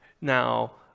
Now